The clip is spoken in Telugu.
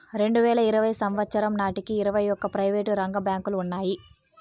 రెండువేల ఇరవై సంవచ్చరం నాటికి ఇరవై ఒక్క ప్రైవేటు రంగ బ్యాంకులు ఉన్నాయి